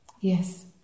Yes